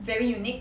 very unique